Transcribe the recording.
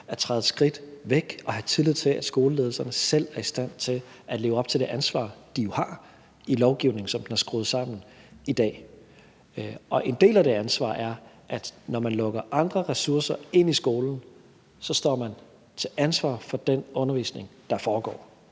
at træde et skridt væk og have tillid til, at skoleledelserne selv er i stand til at leve op til det ansvar, de jo har i lovgivningen, som den er skruet sammen i dag. En del af det ansvar er, at når man lukker andre ressourcer ind i skolen, står man til ansvar for den undervisning, der foregår.